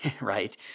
right